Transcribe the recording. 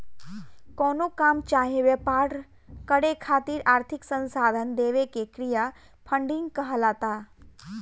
कवनो काम चाहे व्यापार करे खातिर आर्थिक संसाधन देवे के क्रिया फंडिंग कहलाला